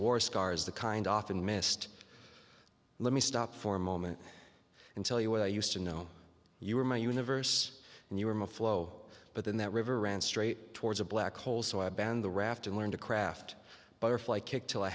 war scars the kind often missed let me stop for a moment and tell you what i used to know you were my universe and you were my flow but then that river ran straight towards a black hole so i banned the raft and learned a craft butterfly kick till i